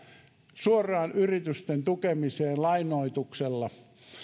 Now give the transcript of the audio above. suoraan yritysten tukemiseen lainoituksella